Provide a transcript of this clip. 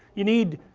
you need,